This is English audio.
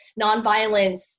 Nonviolence